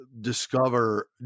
discover